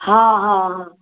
हाँ हाँ हाँ